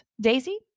Daisy